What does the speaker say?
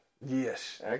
Yes